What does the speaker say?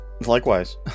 Likewise